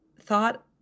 thought